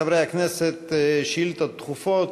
חברי הכנסת, שאילתות דחופות.